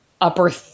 upper